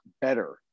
better